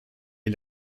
est